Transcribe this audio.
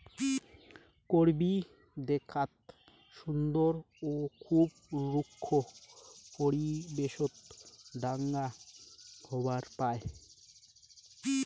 করবী দ্যাখ্যাত সুন্দর ও খুব রুক্ষ পরিবেশত ঢাঙ্গা হবার পায়